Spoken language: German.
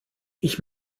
ich